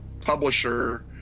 publisher